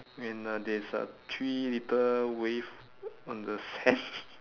and uh there is uh three little wave on the sand